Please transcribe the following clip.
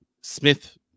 Smith